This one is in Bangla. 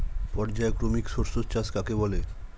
পর্যায়ক্রমিক শস্য চাষ কাকে বলে?